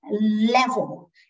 level